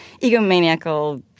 egomaniacal